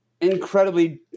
incredibly